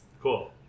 Cool